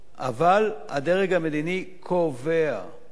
אבל הדרג המדיני קובע,